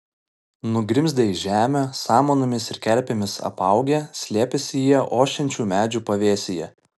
nugrimzdę į žemę samanomis ir kerpėmis apaugę slėpėsi jie ošiančių medžių pavėsyje